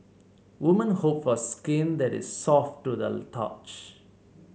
women hope for skin that is soft to the touch